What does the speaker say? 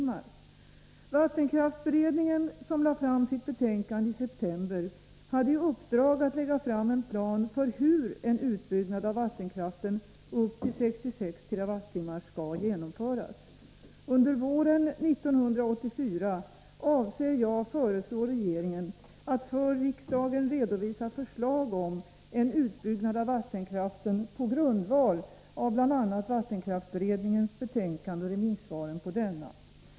Vattenkraftberedningen, som lade fram sitt betänkande i september, hade i uppdrag att lägga fram en plan för hur en utbyggnad av vattenkraften upp till 66 TWh skall genomföras. Under våren 1984 avser jag föreslå regeringen att för riksdagen redovisa förslag om en utbyggnad av vattenkraften på grundval av bl.a. vattenkraftberedningens betänkande och remissvaren på detta.